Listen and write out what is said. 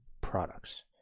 products